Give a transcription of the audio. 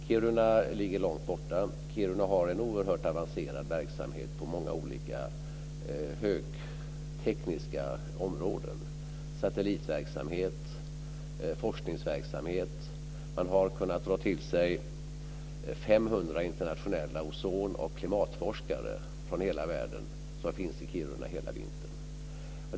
Kiruna ligger långt borta men Kiruna har en oerhört avancerad verksamhet på många olika högtekniska områden - satellitverksamhet och forskningsverksamhet. Man har kunnat dra till sig 500 internationella ozon och klimatforskare från hela världen och de finns i Kiruna hela vintern.